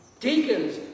Deacons